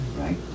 Right